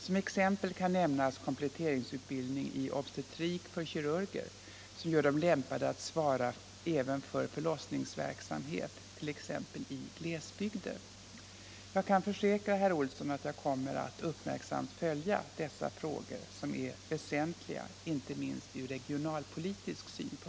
Som exempel kan nämnas kompletteringsutbildning i obstetrik för kirurger som gör dem lämpade att svara även för förlossningsverksamhet, t.ex. i glesbygder. Jag kan försäkra herr Olsson att jag kommer att uppmärksamt följa dessa frågor som är väsentliga inte minst ur regionalpolitisk synpunkt.